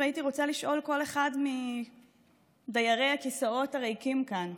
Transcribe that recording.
והייתי רוצה לשאול כל אחד מדיירי הכיסאות הריקים כאן: